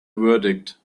verdict